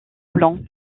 blanc